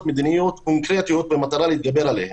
מדיניות קונקרטיות במטרה להתגבר עליהם.